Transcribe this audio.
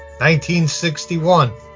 1961